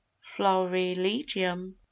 florilegium